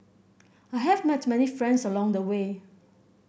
I have met many friends along the way